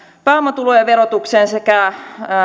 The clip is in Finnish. pääomatulojen verotukseen sekä